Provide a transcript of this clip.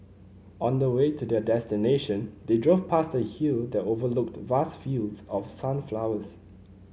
on the way to their destination they drove past a hill that overlooked vast fields of sunflowers